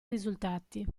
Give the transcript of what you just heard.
risultati